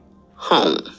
home